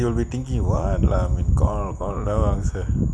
you'll be thinking of what I write on my call I don't want answer